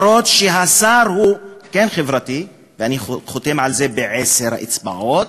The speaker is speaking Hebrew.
אפילו שהשר הוא כן חברתי ואני חותם על זה בעשר אצבעות,